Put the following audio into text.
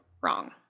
wrong